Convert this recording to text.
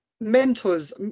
mentors